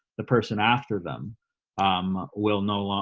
the person after them um will no. like